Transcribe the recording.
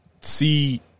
see